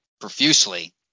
profusely